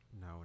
No